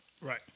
Right